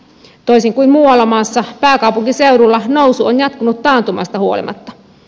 toisin kuin muualla maassa pääkaupunkiseudulla nousu on jatkunut taantumasta huolimatta